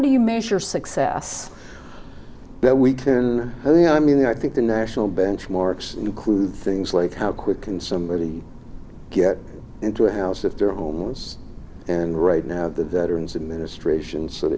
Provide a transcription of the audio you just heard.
do you measure success that we can really i mean i think the national benchmarks include things like how quick and somebody get into a house if they're homeless and right now the veterans administration so